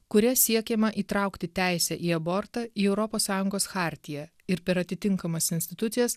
kuria siekiama įtraukti teisę į abortą į europos sąjungos chartiją ir per atitinkamas institucijas